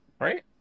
right